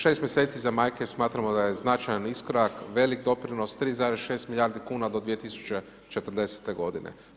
6 mjeseci za majke smatramo da je značajan iskorak, velik doprinos, 3,6 milijardi kuna do 2040. godine.